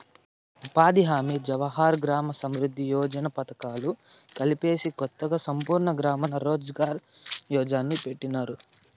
ఉపాధి హామీ జవహర్ గ్రామ సమృద్ది యోజన పథకాలు కలిపేసి కొత్తగా సంపూర్ణ గ్రామీణ రోజ్ ఘార్ యోజన్ని పెట్టినారు